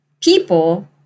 people